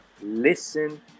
listen